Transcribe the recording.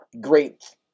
great